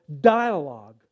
dialogue